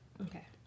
Okay